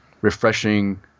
refreshing